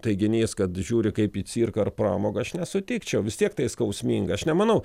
teiginys kad žiūri kaip į cirką ar pramogą aš nesutikčiau vis tiek tai skausminga aš nemanau